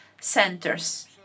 centers